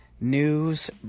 news